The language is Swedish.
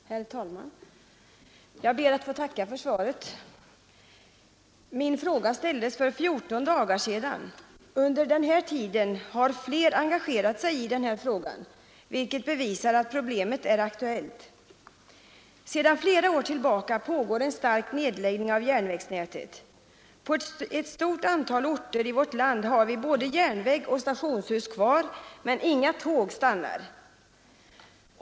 Herr talman! Jag ber att få tacka för svaret. Min fråga ställdes för 14 dagar sedan. Under den tid som gått sedan dess har flera engagerat sig i den här frågan, vilket bevisar att problemet är aktuellt. Sedan åtskilliga år tillbaka pågår en stark nedläggning av järnvägsnätet. På ett stort antal orter i vårt land har vi både järnväg och stationshus kvar, men inga tåg stannar.